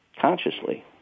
consciously